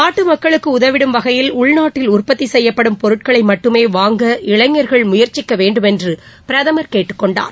நாட்டு மக்களுக்கு உதவிடும் வகையில் உள்நாட்டில் உற்பத்தி செய்யப்படும் பொருட்களை மட்டுமே வாங்க இளைஞர்கள் முயற்சிக்க வேண்டும் என்று பிரதமர் கேட்டுக்கொண்டார்